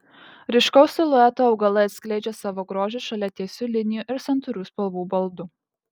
ryškaus silueto augalai atskleidžia savo grožį šalia tiesių linijų ir santūrių spalvų baldų